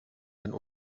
einen